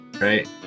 Right